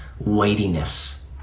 weightiness